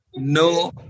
No